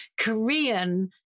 Korean